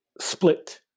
split